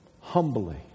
Humbly